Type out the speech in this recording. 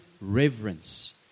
reverence